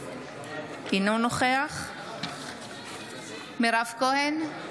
אינו נוכח מירב כהן,